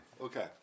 Okay